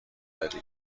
دادی